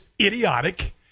idiotic